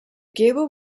gable